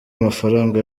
amafaranga